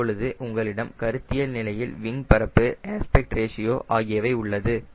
இப்பொழுது உங்களிடம் கருத்தியல் நிலையில் விங் பரப்பு ஏஸ்பெக்ட் ரேஷியோ ஆகியவை உள்ளது